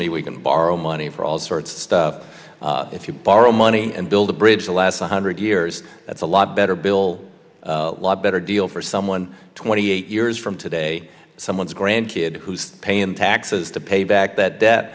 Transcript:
me we can borrow money for all sorts of stuff if you borrow money and build a bridge the last one hundred years that's a lot bill a lot better deal for someone twenty eight years from today someone's grandkid who's paying taxes to pay back that